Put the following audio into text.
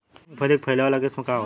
मूँगफली के फैले वाला किस्म का होला?